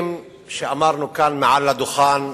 דברים שאמרנו כאן, מהדוכן,